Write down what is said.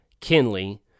Kinley